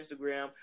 Instagram